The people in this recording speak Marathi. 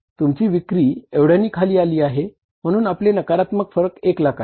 तुमची विक्री एवढ्यानी खाली आली आहे म्हणून आपले नकारात्मक फरक 1 लाख आहे